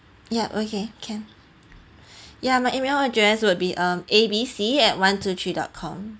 ya okay can ya my email address will be um A B C at one two three dot com